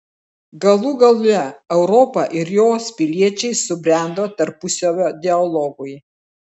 galų gale europa ir jos piliečiai subrendo tarpusavio dialogui